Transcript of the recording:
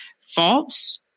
false